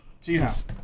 Jesus